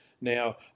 now